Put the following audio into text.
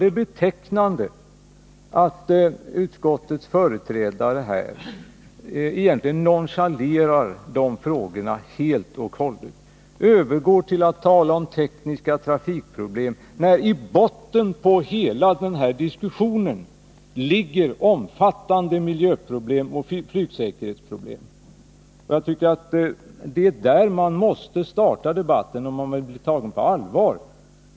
Det är betecknande att utskottets företrädare egentligen nonchalerar de frågorna helt och hållet. Han övergår till att tala om tekniska trafikproblem, trots att i botten på hela den här diskussionen ligger omfattande miljöproblem och flygsäker 21 Nr 53 hetsproblem. Jag tycker att det är där man måste starta debatten om man vill Onsdagen den bli tagen på allvar.